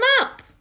up